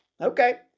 Okay